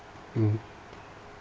mm